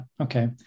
Okay